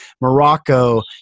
Morocco